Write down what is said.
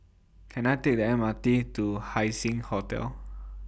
Can I Take The M R T to Haising Hotel